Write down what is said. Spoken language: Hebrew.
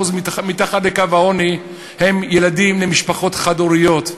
שמתחת לקו העוני הם ילדים למשפחות חד-הוריות.